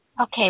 Okay